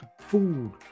food